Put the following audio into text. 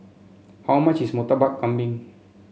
how much is Murtabak Kambing